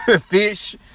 Fish